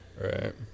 right